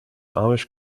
amish